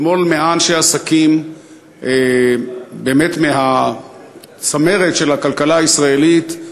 אתמול 100 אנשי עסקים באמת מהצמרת של הכלכלה הישראלית,